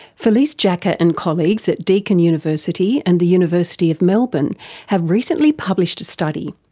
felice jacka and colleagues at deakin university and the university of melbourne have recently published a study.